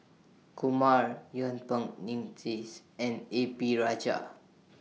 Kumar Yuen Peng Mcneice and A P Rajah